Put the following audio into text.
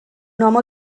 home